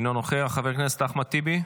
אינו נוכח, חבר הכנסת אחמד טיבי,